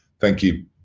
thank you.